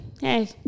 hey